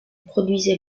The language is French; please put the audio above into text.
produisait